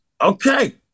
okay